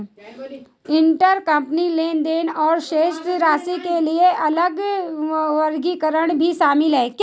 intercompany लेनदेन और शेष राशि के लिए अलग वर्गीकरण भी शामिल हैं